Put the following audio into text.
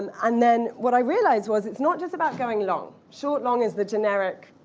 um and then what i realized was it's not just about going long. short-long is the generic,